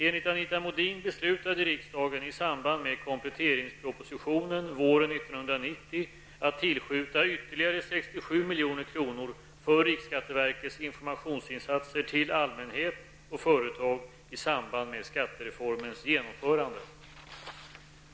Enligt Anita Modin beslutade riksdagen i samband med kompletteringspropositionen våren 1990 att tillskjuta ytterligare 67 milj.kr. för riksskatteverkets informationsinsatser till allmänhet och företag i samband med skattereformens genomförande.